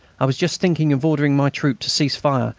i was just thinking of ordering my troop to cease firing,